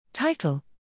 Title